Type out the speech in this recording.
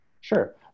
Sure